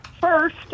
First